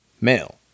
male